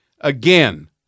Again